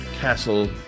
castle